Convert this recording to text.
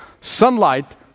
Sunlight